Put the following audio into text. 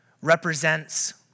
represents